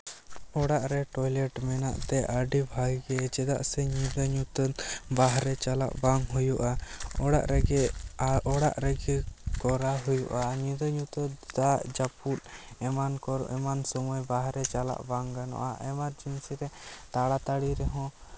ᱚᱲᱟᱜ ᱨᱮ ᱴᱚᱭᱞᱮᱹᱴ ᱢᱮᱱᱟᱜ ᱛᱮ ᱟᱹᱰᱤ ᱵᱷᱟᱹᱜᱤ ᱜᱮ ᱪᱮᱫᱟᱜ ᱥᱮ ᱧᱤᱫᱟᱹ ᱧᱩᱛᱟᱹᱛ ᱵᱟᱦᱨᱮ ᱪᱟᱞᱟᱜ ᱵᱟᱝ ᱦᱩᱭᱩᱜᱼᱟ ᱚᱲᱟᱜ ᱨᱮᱜᱮ ᱚᱲᱟᱜ ᱨᱮᱜᱮ ᱠᱚᱨᱟᱣ ᱦᱩᱭᱩᱜᱼᱟ ᱧᱤᱫᱟᱹ ᱧᱩᱛᱟᱹᱛ ᱫᱟᱜ ᱡᱟᱹᱯᱩᱫ ᱮᱢᱟᱱ ᱠᱚᱨᱮᱜ ᱮᱢᱟᱱ ᱥᱚᱢᱚᱭ ᱵᱟᱦᱨᱮ ᱪᱟᱞᱟᱜ ᱵᱟᱝ ᱜᱟᱱᱚᱜᱼᱟ ᱮᱢᱟᱨᱡᱮᱱᱥᱤ ᱨᱮ ᱛᱟᱲᱟᱛᱟᱲᱤ ᱨᱮᱦᱚᱸ